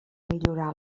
millorar